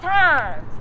times